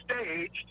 staged